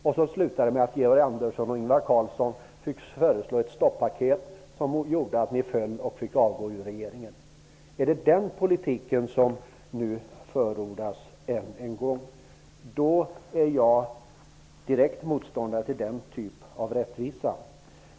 Sedan slutade det med att Georg Andersson och Ingvar Carlsson föreslog ett stoppaket som gjorde att regeringen föll. Är det den politiken som nu förordas än en gång? Jag är i så fall direkt motståndare till den typen av rättvisa.